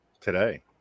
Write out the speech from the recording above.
today